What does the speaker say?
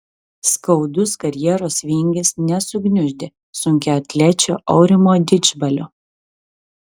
skaudus karjeros vingis nesugniuždė sunkiaatlečio aurimo didžbalio